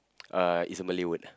uh it's a Malay word